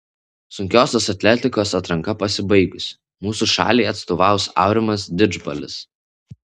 sunkiosios atletikos atranka pasibaigusi mūsų šaliai atstovaus aurimas didžbalis